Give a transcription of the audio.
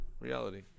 reality